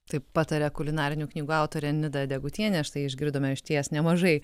taip pataria kulinarinių knygų autorė nida degutienė štai išgirdome išties nemažai